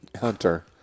Hunter